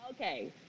Okay